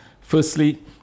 Firstly